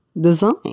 design